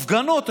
הפגנות.